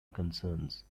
concerns